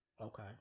Okay